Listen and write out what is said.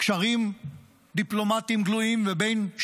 קשרים דיפלומטיים גלויים וכאלה שלא,